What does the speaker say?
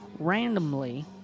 Randomly